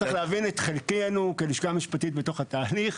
צריך להבין את חלקנו כלשכה משפטית בתוך התהליך.